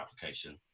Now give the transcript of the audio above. application